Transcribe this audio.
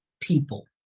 people